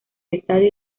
estadio